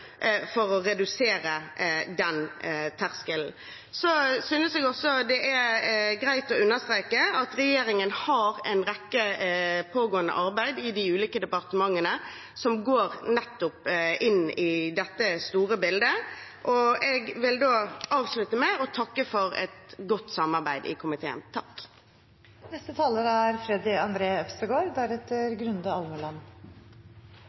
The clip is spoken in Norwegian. den terskelen. Jeg synes også det er greit å understreke at regjeringen har en del pågående arbeid i de ulike departementene som nettopp går inn i dette store bildet, og jeg vil avslutte med å takke for et godt samarbeid i komiteen. Dagen i dag er